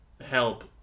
help